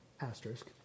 asterisk